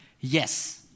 Yes